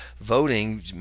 voting